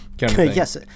Yes